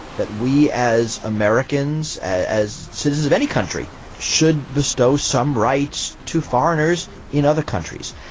that we as americans, as citizens of any country should bestow some rights to foreigners in other countries.